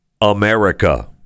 America